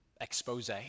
expose